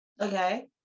okay